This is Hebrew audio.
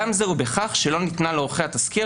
פגם זה הוא בכך שלא ניתנה לעורכי התסקיר